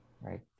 right